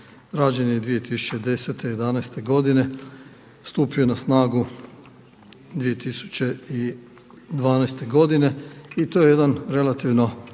rađen je 2010., jedanaeste godine. Stupio je na snagu 2012. godine i to je jedan noviji